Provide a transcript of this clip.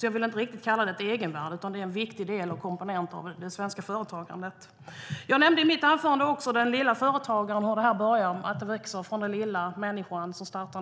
Jag vill alltså inte riktigt kalla det ett egenvärde, utan det är en viktig del av och komponent i det svenska företagandet. Jag nämnde i mitt anförande den lilla företagaren och hur det här börjar, alltså att det växer från den lilla människan som startar,